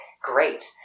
great